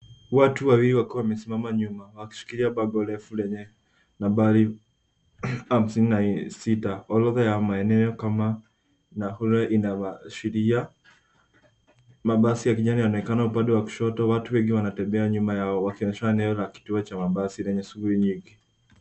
Watu wawili wakiwa wamesimama nyuma wakishikilia bango refu lenye nambari hamsini na sita. Orodha ya maeneo kama Nakole inavyoashiria. Mabasi ya kijani inaonekana upande wa kushoto. Watu wengi wanatembea nyuma yao wakionyesha eneo la kituo cha mabasi lenye shughuli nyingi.